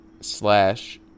slash